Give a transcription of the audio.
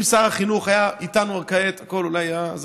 אם שר החינוך היה איתנו כעת אולי הכול היה,